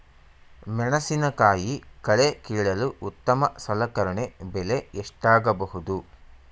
ಮೆಣಸಿನಕಾಯಿ ಕಳೆ ಕೀಳಲು ಉತ್ತಮ ಸಲಕರಣೆ ಬೆಲೆ ಎಷ್ಟಾಗಬಹುದು?